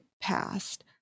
passed